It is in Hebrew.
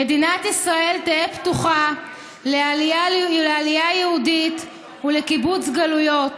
"מדינת ישראל תהא פתוחה לעלייה יהודית ולקיבוץ גלויות,